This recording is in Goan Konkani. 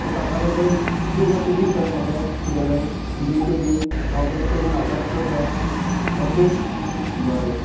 सो ताका लागून तूं मातशे दी पया म्हाका तुगेलें जी पे दी हांव तुका पेमॅंट आतांच करतां ओके बरें